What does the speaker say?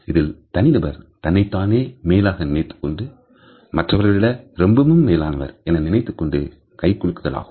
இதில் தனிநபர் தன்னைத் தானே மேலாக நினைத்துக்கொண்டு மற்றவரை விட ரொம்பவும் மேலானவர் என நினைத்துக்கொண்டு கைகுலுக்குதல் ஆகும்